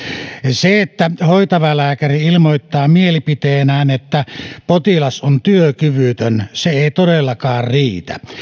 se että hoitava lääkäri ilmoittaa mielipiteenään että potilas on työkyvytön ei todellakaan riitä